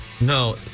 No